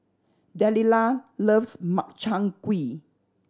Delila loves Makchang Gui